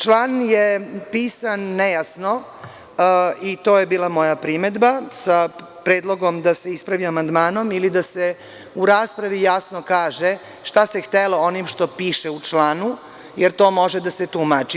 Član je pisan nejasno i to je bila moja primedba sa predlogom da se ispravi amandmanom ili da se u raspravi jasno kaže šta se htelo onim što piše u članu, jer to može da se tumači.